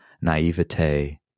naivete